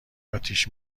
اتیش